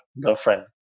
girlfriend